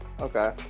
okay